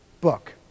book